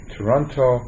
Toronto